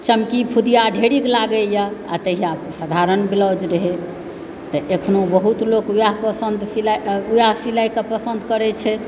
चमकी फुदिया ढ़ेरिक लागैए आ तहिया साधारण ब्लाउज रहै तऽ अखनो बहुत लोक वएह पसंद सिलाईके पसन्द करै छथि